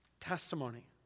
testimony